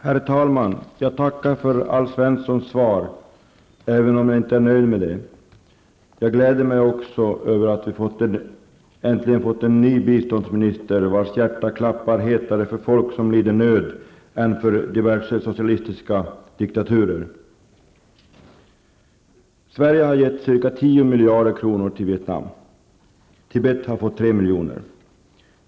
Herr talman! Jag tackar för Alf Svenssons svar även om jag inte är nöjd med det. Jag gläder mig också över att vi äntligen fått en biståndsminister vars hjärta klappar varmare för folk som lider nöd än för diverse socialistiska diktaturer. Sverige har gett ca 10 miljarder till Vietnam. Tibet har fått 3 miljoner.